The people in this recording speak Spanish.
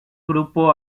grupo